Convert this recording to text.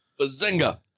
Bazinga